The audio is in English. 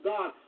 God